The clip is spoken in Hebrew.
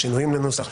לשינויים בנוסח,